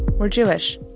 were jewish.